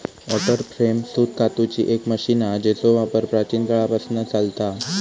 water frame सूत कातूची एक मशीन हा जेचो वापर प्राचीन काळापासना चालता हा